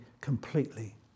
completely